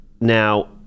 Now